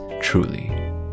truly